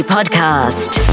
Podcast